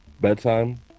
bedtime